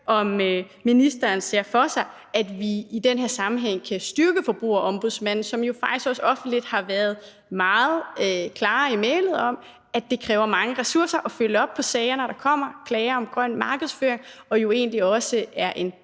om ministeren ser for sig, at vi i den her sammenhæng kan styrke Forbrugerombudsmanden, som jo faktisk også offentligt har været meget klar i mælet om, at det kræver mange ressourcer at følge op på sagerne, når der kommer klager om grøn markedsføring, og det er jo egentlig også en